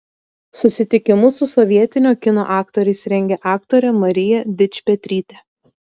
susitikimus su sovietinio kino aktoriais rengė aktorė marija dičpetrytė